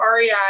REI